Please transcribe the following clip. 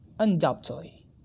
Undoubtedly